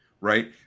right